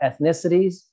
ethnicities